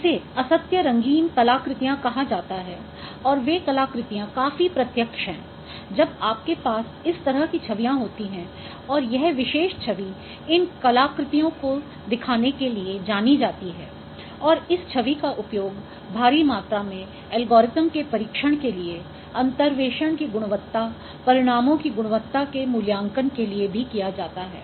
इसे असत्य रंगीन कलाकृतियाँ कहा जाता है और वे कलाकृतियाँ काफी प्रत्यक्ष हैं जब आपके पास इस तरह की छवियां होती हैं और यह विशेष छवि इन कलाकृतियों को दिखाने के लिए जानी जाती है और इस छवि का उपयोग भारी मात्रा में एल्गोरिदम के परीक्षण के लिए अंतर्वेशन की गुणवत्ता परिणामों की गुणवत्ता के मूल्यांकन के लिए भी किया जाता है